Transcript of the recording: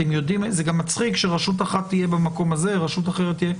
זה גם מצחיק של רשות אחת תהיה במקום הזה ורשות אחרת במקום אחר.